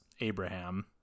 Abraham